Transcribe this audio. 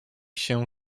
się